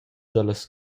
dallas